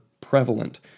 prevalent